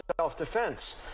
self-defense